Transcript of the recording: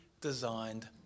designed